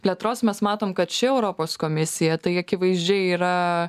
plėtros mes matom kad ši europos komisija tai akivaizdžiai yra